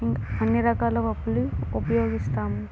ఇ అన్నీ రకాల పప్పులు ఉపయోగిస్తాము